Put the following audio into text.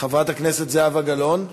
חברת הכנסת זהבה גלאון,